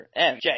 MJ